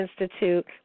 Institute